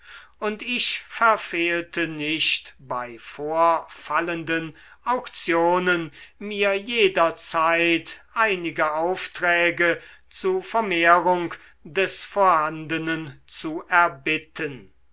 und ich verfehlte nicht bei vorfallenden auktionen mir jederzeit einige aufträge zu vermehrung des vorhandenen zu erbitten